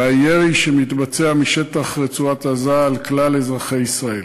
והירי שמתבצע משטח רצועת-עזה על כלל אזרחי מדינת ישראל.